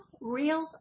real